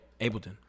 ableton